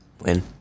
Win